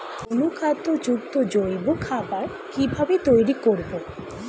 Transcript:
অনুখাদ্য যুক্ত জৈব খাবার কিভাবে তৈরি করব?